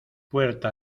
puerta